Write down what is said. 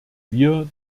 wir